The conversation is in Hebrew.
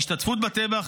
ההשתתפות בטבח,